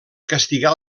castigar